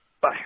Bye